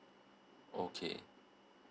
okay